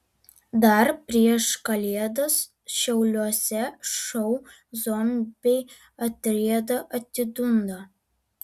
dar prieš kalėdas šiauliuose šou zombiai atrieda atidunda